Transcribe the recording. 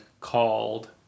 called